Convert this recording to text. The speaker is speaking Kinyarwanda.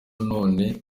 none